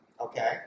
Okay